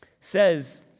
says